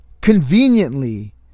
conveniently